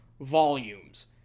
volumes